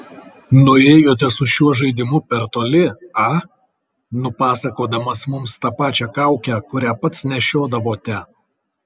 nuėjote su šiuo žaidimu per toli a nupasakodamas mums tą pačią kaukę kurią pats nešiodavote